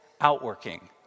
outworking